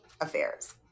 affairs